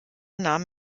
nahm